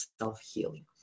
self-healing